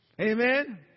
amen